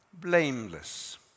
blameless